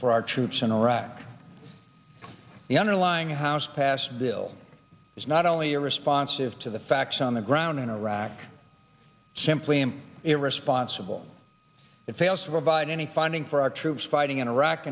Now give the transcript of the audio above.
for our troops in iraq the underlying house passed bill is not only responsive to the facts on the ground in iraq simply irresponsible it fails to provide any funding for our troops fighting in iraq